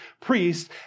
priests